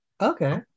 Okay